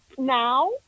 Now